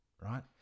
right